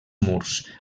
murs